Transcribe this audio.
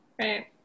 Right